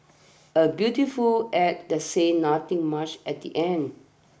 a beautiful ad that says nothing much at the end